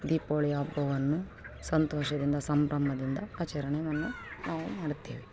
ದೀಪಾವಳಿ ಹಬ್ಬವನ್ನು ಸಂತೋಷದಿಂದ ಸಂಭ್ರಮದಿಂದ ಆಚರಣೆಯನ್ನು ನಾವು ಮಾಡುತ್ತೇವೆ